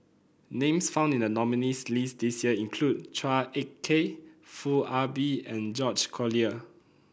names found in the nominees' list this year include Chua Ek Kay Foo Ah Bee and George Collyer